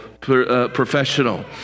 professional